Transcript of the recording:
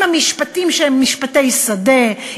עם המשפטים שהם משפטי שדה,